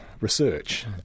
research